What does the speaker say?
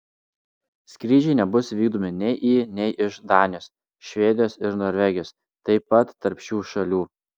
skrydžiai nebus vykdomi nei į nei iš danijos švedijos ir norvegijos taip pat tarp šių šalių